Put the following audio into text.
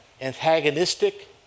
antagonistic